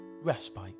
respite